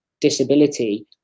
disability